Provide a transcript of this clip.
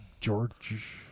George